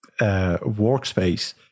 workspace